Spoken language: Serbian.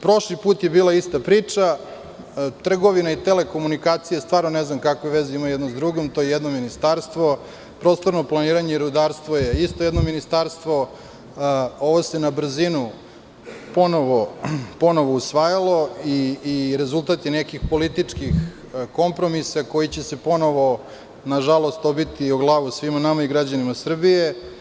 Prošli put je bila ista priča, trgovina i telekomunikacija, stvarno ne znam kakve veze imaju jedno sa drugim, to je jedno ministarstvo, prostorno planiranje i rudarstvo je isto jedno ministarstvo, ovo se na brzinu ponovo usvajalo i rezultata je nekih političkih kompromisa koji će se ponovo, nažalost obiti o glavu svima nama i građanima Srbije.